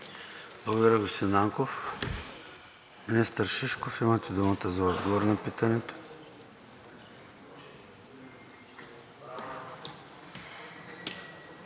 Благодаря, господин Нанков. Министър Шишков, имате думата за отговор на питането.